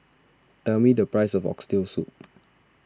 tell me the price of Oxtail Soup